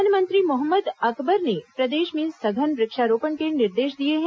one मंत्री मोहम्मद अकबर ने प्रदेश में सघन वृक्षारोपण के निर्देश दिए हैं